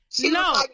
No